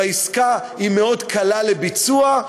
והעסקה היא מאוד קלה לביצוע,